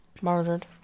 murdered